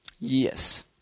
Yes